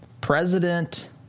President